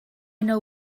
know